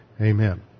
Amen